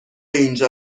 اینجا